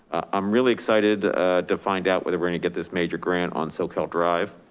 i'm really excited to find out whether we're gonna get this major grant on soquel drive.